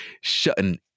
shutting